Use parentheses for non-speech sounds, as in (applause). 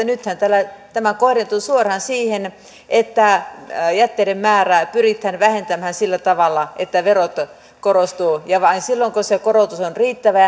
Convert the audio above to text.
(unintelligible) nythän tämä kohdentuu suoraan siihen että jätteiden määrää pyritään vähentämään sillä tavalla että verot korottuvat ja vain silloin kun se korotus on riittävä (unintelligible)